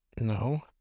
No